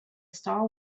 star